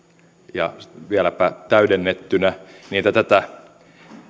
ja vieläpä täydennettynä niin että tätä